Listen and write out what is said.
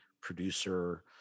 producer